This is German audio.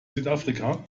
südafrika